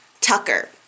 Tucker